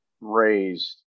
raised